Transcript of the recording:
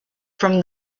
from